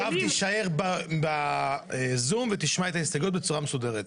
מירב תישאר בזום ותשמע את ההסתייגויות בצורה מסודרת.